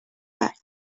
back